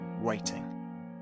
waiting